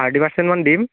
thirty পাৰ্চেণ্টমান দিম